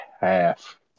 half